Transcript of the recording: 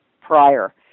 prior